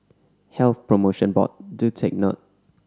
Health Promotion Board do take note